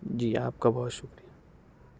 جی آپ کا بہت شُکریہ